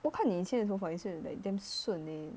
我看你以前的头发 also like damn 顺 leh